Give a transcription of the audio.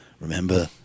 Remember